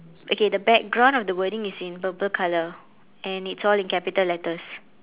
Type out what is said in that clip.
okay the background of the wording is in purple colour and it's all in capital letters